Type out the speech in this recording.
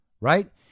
right